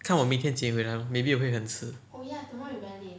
看我明天几点回来 maybe 我会很迟